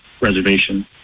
Reservation